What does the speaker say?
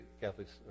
Catholics